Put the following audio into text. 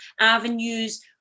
avenues